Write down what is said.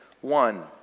one